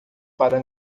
para